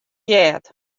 heard